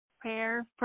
prayer